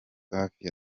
safi